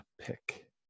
pick